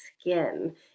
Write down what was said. skin